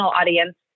audience